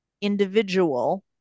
individual